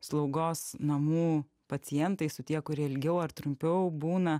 slaugos namų pacientais su tie kurie ilgiau ar trumpiau būna